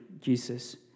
Jesus